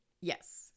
Yes